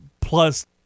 plus